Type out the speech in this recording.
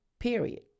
Period